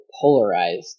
polarized